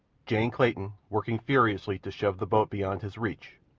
jane clayton, working furiously to shove the boat beyond his reach,